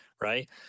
right